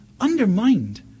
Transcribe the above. undermined